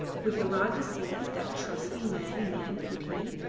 would the rajah see that trusty men manned the canoe?